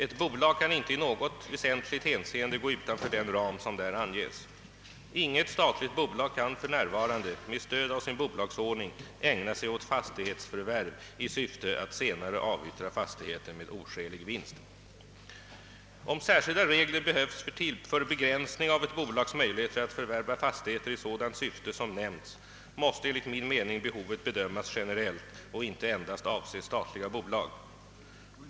Ett bolag kan inte i något väsentligt hänseende gå utanför den ram som där anges. Inget statligt bolag kan för närvarande med stöd av sin bolagsordning ägna sig åt fastighetsförvärv i syfte att senare avyttra fastigheten med oskälig vinst. Om särskilda regler behövs för begränsning av ett bolags möjligheter att förvärva fastigheter i sådant syfte som nämnts måste enligt min mening behovet bedömas generellt och inte endast avse statliga bolag.